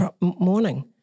morning